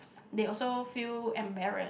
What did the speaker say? they also feel embarrassed